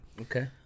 Okay